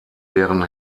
deren